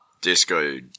Disco